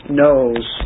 knows